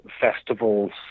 festivals